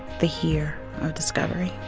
the here of discovery